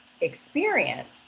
experience